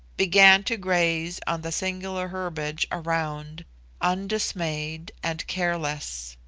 began to graze on the singular herbiage around undismayed and careless.